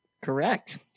Correct